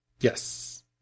Yes